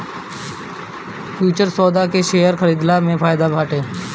futures सौदा के share खरीदला में फायदा बाटे